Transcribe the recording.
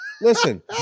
listen